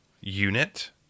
unit